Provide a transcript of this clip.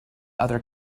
other